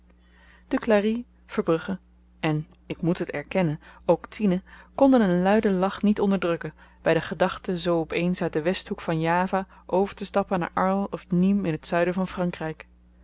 duclari verbrugge en ik moet het erkennen ook tine konden een luiden lach niet onderdrukken by de gedachte zoo op eens uit den westhoek van java overtestappen naar arles of nîmes in t zuiden van frankryk